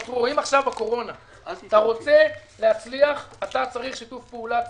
אם עכשיו בקורונה אתה רוצה להצליח אתה צריך שיתוף פעולה ציבורי.